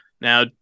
Now